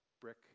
brick